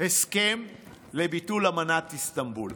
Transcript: הסכם לביטול אמנת איסטנבול.